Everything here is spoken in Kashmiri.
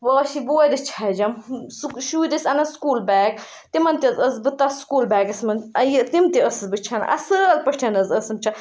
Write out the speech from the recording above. واشہِ وورِ چھَجَم سُہ شُرۍ ٲسۍ اَنان سکوٗل بیگ تِمَن تہِ حظ ٲسٕس بہٕ تَتھ سکوٗل بیگَس منٛز یہِ تِم تہِ ٲسٕس بہٕ چھَلان اَصٕل پٲٹھۍ ٲسٕم